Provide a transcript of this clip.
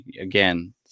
Again